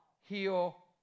Heal